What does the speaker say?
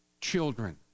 children